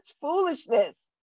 foolishness